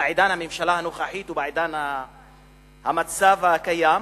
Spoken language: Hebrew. בעידן הממשלה הנוכחית ובעידן המצב הקיים?